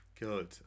Good